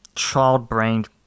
child-brained